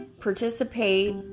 participate